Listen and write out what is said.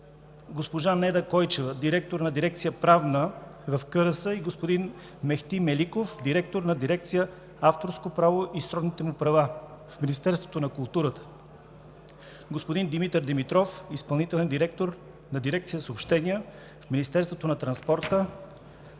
г-жа Неда Койчева – директор на дирекция „Правна“, господин Мехти Меликов – директор на дирекция „Авторско право и сродните му права“ в Министерството на културата, господин Димитър Димитров – изпълняващ длъжността директор на дирекция „Съобщения“ в Министерството на транспорта,